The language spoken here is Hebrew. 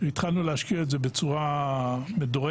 התחלנו להשקיע את זה בצורה מדורגת,